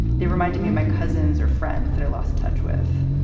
they reminded me of my cousins or friends that i lost touch with.